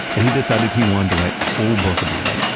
that he decided he wanted to write a whole book about it.